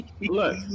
Look